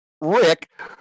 Rick